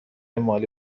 مالی